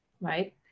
right